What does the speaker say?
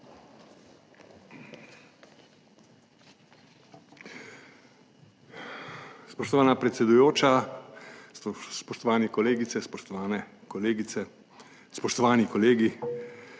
Spoštovana predsedujoča, spoštovane kolegice, spoštovani kolegi!